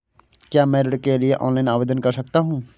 क्या मैं ऋण के लिए ऑनलाइन आवेदन कर सकता हूँ?